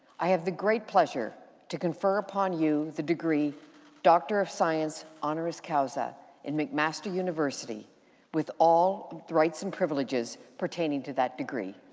i have the great pleasure to confer upon you the degree doctor of science honoris causa in mcmaster university with all rights and privileges pertaining to that degree.